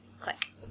Click